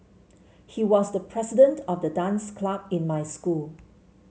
he was the president of the dance club in my school